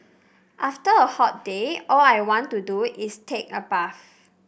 after a hot day all I want to do is take a bath